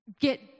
get